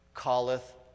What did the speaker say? calleth